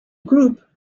groupe